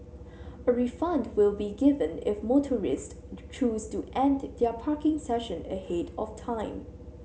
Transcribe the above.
a refund will be given if motorists choose to end their parking session ahead of time